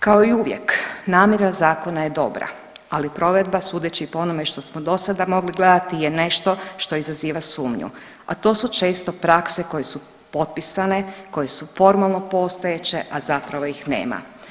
Kao i uvijek namjera zakona je dobra, ali provedba sudeći po onome što smo do sada mogli gledati je nešto što izaziva sumnju, a to su često prakse koje su potpisane, koje su formalno postojeće, a zapravo ih nema.